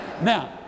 Now